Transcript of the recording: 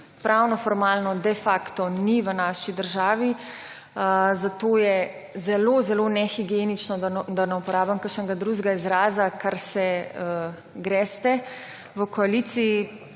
pravnoformalno de facto ni v naši državi. Zato je zelo zelo nehigienično, da ne uporabim kakšnega drugega izraza, kar se greste v koaliciji.